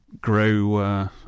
grow